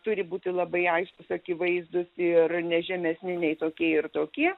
turi būti labai aiškūs akivaizdūs ir ne žemesni nei tokie ir tokie